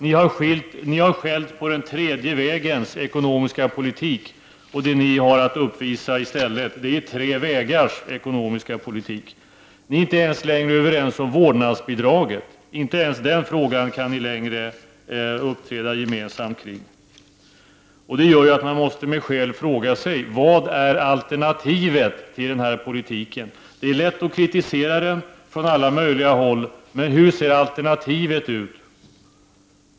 Ni har skällt på den tredje vägens ekonomiska politik, men det som ni har att visa upp som alternativ är en ekonomisk politik efter tre vägar. Ni är inte överens ens om vårdnadsbidraget. Det gör att man med skäl måste fråga sig: Vad är alternativet till vår politik? Det är lätt att kritisera den från alla möjliga håll, men hur ser alternativet ut?